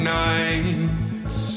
nights